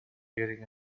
rearing